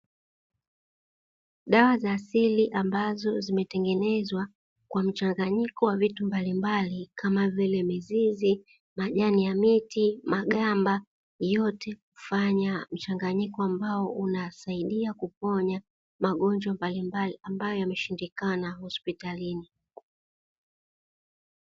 Dawa za asili ambazo zimetengenezwa kwa mchanganyiko wa vitu mbalimbali kama vile mizizi majani ya miti magamba, yote kufanya mchanganyiko ambao unasaidia kuponya magonjwa mbalimbali ambayo yameshindikana hospitalini.